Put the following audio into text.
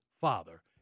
father